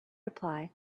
reply